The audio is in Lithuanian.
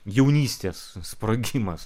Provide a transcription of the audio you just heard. jaunystės sprogimas